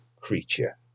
creature